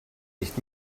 nicht